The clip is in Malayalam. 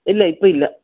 ഇല്ല ഇപ്പം ഇല്ല